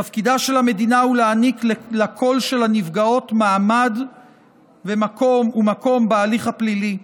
תפקידה של המדינה הוא להעניק לקול של הנפגעות מעמד ומקום בהליך הפלילי.